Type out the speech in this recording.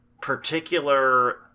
particular